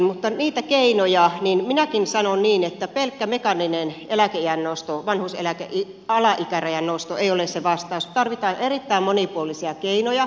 mutta niistä keinoista minäkin sanon niin että pelkkä mekaaninen eläkeiän nosto vanhuuseläkkeen alaikärajan nosto ei ole se vastaus tarvitaan erittäin monipuolisia keinoja